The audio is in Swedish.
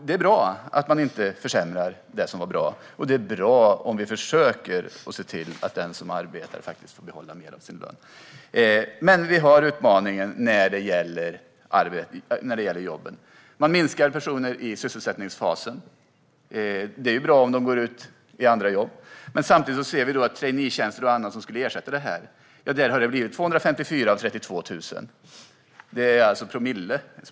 Det är bra att man inte försämrar det som var bra, och det är bra om vi försöker se till att den som arbetar får behålla mer av sin lön. Men vi har en utmaning när det gäller jobben. Man minskar antalet personer i sysselsättningsfasen. Det är bra om de går ut i andra jobb, men samtidigt ser vi att av traineetjänster och annat som skulle ersätta det här har det blivit 254 av 32 000. Det handlar alltså om promille.